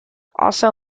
also